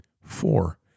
Four